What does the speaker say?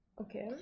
Okay